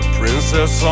princess